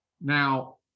Now